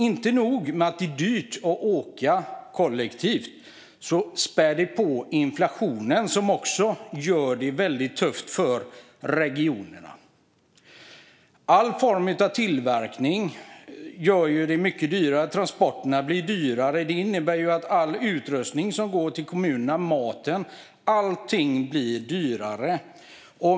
Inte nog med att det är dyrt att åka kollektivt, utan det spär även på inflationen som också gör det väldigt tufft för regionerna. All form av tillverkning blir dyrare, och transporterna blir dyrare. Det innebär att all utrustning som går till kommunerna, maten med mera blir dyrare.